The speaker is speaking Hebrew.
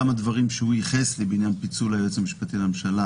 גם הדברים שהוא ייחס לי בעניין פיצול תפקיד היועץ המשפטי לממשלה,